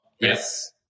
Yes